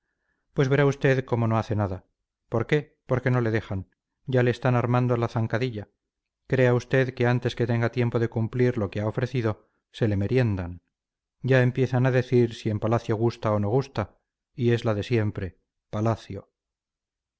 pues verá usted cómo no hace nada por qué porque no le dejan ya le están armando la zancadilla crea usted que antes que tenga tiempo de cumplir lo que ha ofrecido se le meriendan ya empiezan a decir si en palacio gusta o no gusta y es la de siempre palacio